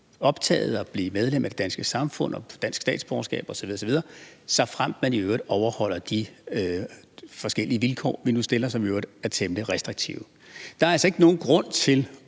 optaget i og blive medlem af det danske samfund og få dansk statsborgerskab osv. osv., såfremt man i øvrigt opfylder de forskellige krav, vi stiller, som i øvrigt er temmelig restriktive. Der er altså ikke nogen grund til